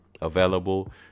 available